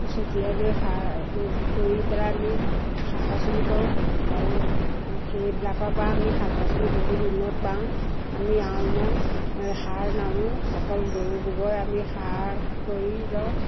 চটিয়াই লৈ সাৰ কৰি পেলাই আমি শাক পাচলি কৰোঁ আৰু সেইবিলাকৰ পৰা আমি শাক পাচলি বহুত উন্নত পাওঁ আমি অন্য এ সাৰ নানো অকল গৰু গোবৰেই আমি সাৰ কৰি লওঁ